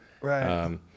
Right